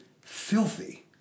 Filthy